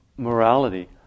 Morality